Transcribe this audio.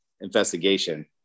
investigation